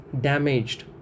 damaged